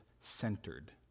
centered